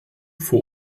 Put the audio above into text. vor